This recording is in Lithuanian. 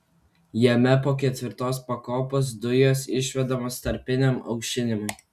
jame po ketvirtos pakopos dujos išvedamos tarpiniam aušinimui